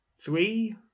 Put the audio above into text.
three